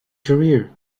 career